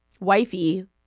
wifey